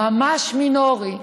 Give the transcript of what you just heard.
ממש מינורי.